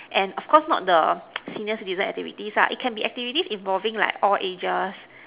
and of course not the senior citizen activities ah it can be activities involving like all ages